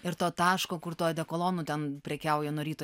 ir to taško kur tuo odekolonu ten prekiauja nuo ryto